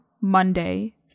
Monday